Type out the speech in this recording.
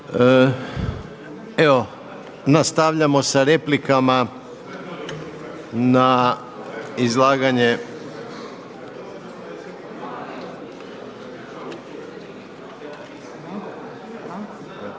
Evo nastavljamo sa replikama na izlaganje